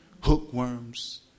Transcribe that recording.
Hookworms